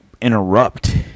interrupt